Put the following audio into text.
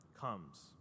comes